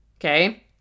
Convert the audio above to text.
Okay